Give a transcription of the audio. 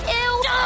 ew